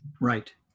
Right